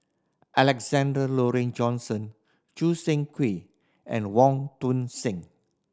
Alexander Laurie Johnston Choo Seng Quee and Wong Tuang Seng